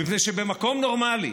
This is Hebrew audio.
מפני שבמקום נורמלי,